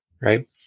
Right